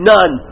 None